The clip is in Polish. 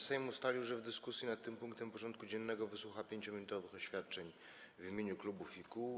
Sejm ustalił, że w dyskusji nad tym punktem porządku dziennego wysłucha 5-minutowych oświadczeń w imieniu klubów i kół.